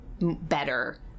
better